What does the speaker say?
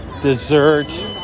dessert